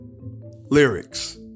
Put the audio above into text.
Lyrics